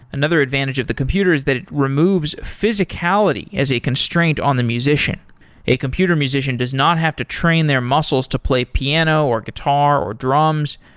another advantage of the computers that it removes physicality as a constraint on the musician a computer musician does not have to train their muscles to play piano, or guitar, or drums.